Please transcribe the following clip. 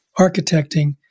architecting